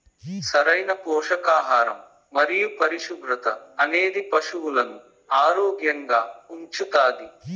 సరైన పోషకాహారం మరియు పరిశుభ్రత అనేది పశువులను ఆరోగ్యంగా ఉంచుతాది